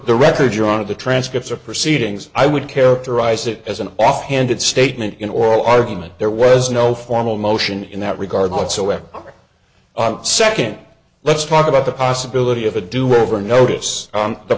the record your honor the transcripts are proceedings i would characterize it as an off handed statement in oral argument there was no formal motion in that regard whatsoever second let's talk about the possibility of a do over notice on the